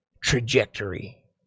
trajectory